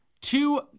two